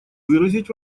выразить